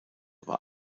war